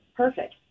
Perfect